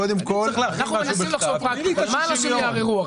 אנחנו מנסים לחשוב על מה אנשים יערערו.